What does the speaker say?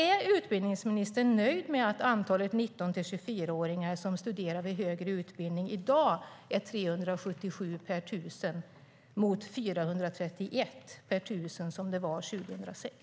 Är utbildningsministern nöjd med att antalet 19-24-åringar som studerar vid högre utbildning i dag är 377 per 1 000 mot 431 per 1 000 år 2006?